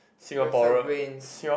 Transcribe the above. we have the brains